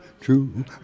true